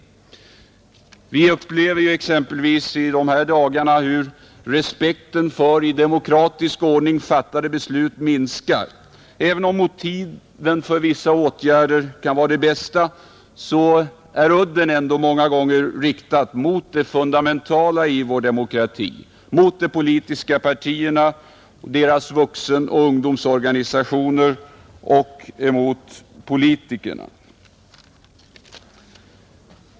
Vi upplever exempelvis i dessa dagar hur respekten för i demokratisk ordning fattade beslut minskar. Även om motiven för vissa åtgärder kan vara de bästa är udden ändå många gånger riktad mot det fundamentala i vår demokrati, mot de politiska partiernas vuxenoch ungdomsorganisationer samt mot politikerna.